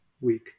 week